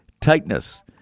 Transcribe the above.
tightness